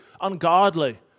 ungodly